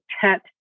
tent